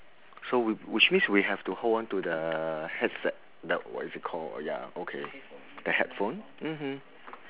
so whi~ which means we have to hold on to the headset the what is it called ya okay the headphone mm mm